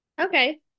okay